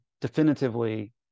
definitively